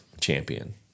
champion